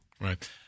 Right